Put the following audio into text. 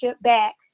back